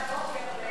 מהבוקר,